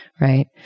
right